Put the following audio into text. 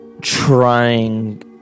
trying